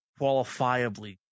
qualifiably